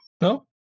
No